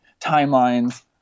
timelines